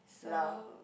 lah